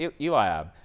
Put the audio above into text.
Eliab